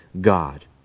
God